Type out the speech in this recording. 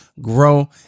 grow